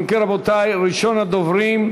אם כן, רבותי, ראשון הדוברים,